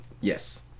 Yes